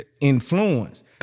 influence